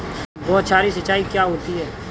बौछारी सिंचाई क्या होती है?